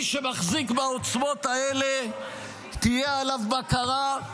-- מי שמחזיק בעוצמות האלה תהיה עליו ביקורת,